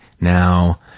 Now